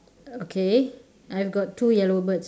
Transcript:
okay I have got two yellow birds